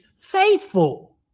faithful